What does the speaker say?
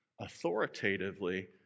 authoritatively